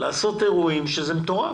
לעשות אירועים זה מטורף,